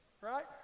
Right